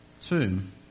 tomb